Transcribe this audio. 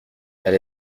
elle